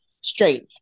straight